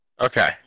Okay